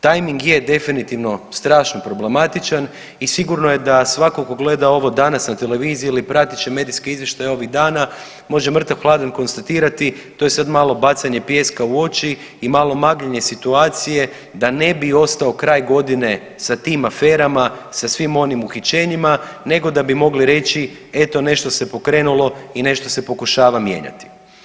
Timing je definitivno strašno problematičan i sigurno je da svatko tko gleda ovo danas na televiziji ili prateći medijske izvještaje ovih dana može mrtav hladan konstatirati, to je sad malo bacanje pijeska u oči i malo magljenje situacije da ne bi ostao kraj godine sa tim aferama, sa svim onim uhićenjima, nego da bi mogli reći eto nešto se pokrenulo i nešto se pokušava mijenjati.